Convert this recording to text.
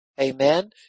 amen